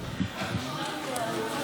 מוועדת העבודה